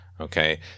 Okay